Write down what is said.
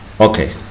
okay